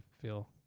feel